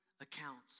accounts